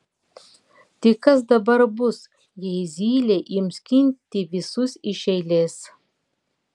tai kas dabar bus jei zylė ims skinti visus iš eilės